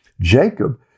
Jacob